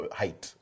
height